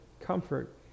comfort